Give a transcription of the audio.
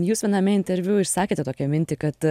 jūs viename interviu išsakėte tokią mintį kad